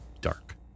dark